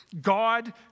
God